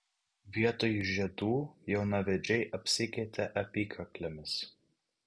vietoj žiedų jaunavedžiai apsikeitė apykaklėmis